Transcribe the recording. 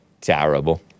Terrible